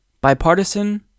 Bipartisan